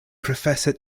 professor